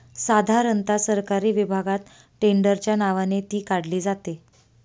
साधारणता सरकारी विभागात टेंडरच्या नावाने ती काढली जाते